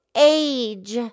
Age